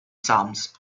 sums